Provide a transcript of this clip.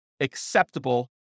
acceptable